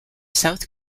south